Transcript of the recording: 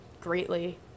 greatly